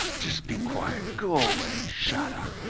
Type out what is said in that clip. just be quiet. go away. shut up,